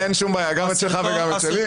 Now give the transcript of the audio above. אין שום בעיה, גם את שלך וגם את שלי.